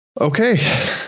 Okay